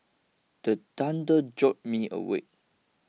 the thunder jolt me awake